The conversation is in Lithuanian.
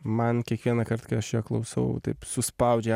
man kiekvienąkart kai aš jo klausau taip suspaudžia